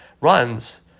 runs